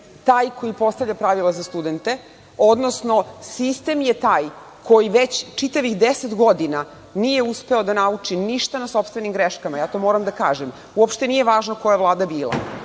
taj koji postavlja pravila za studente, odnosno sistem je taj koji već čitavih deset godina nije uspeo na nauči ništa na sopstvenim greškama, ja to moram da kažem. Uopšte nije važno koja je vlada bila.